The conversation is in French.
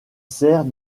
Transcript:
sert